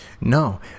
no